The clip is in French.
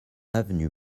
avenue